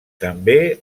també